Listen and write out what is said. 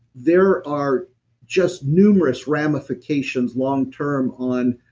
there are just numerous ramifications, long-term, on